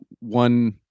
one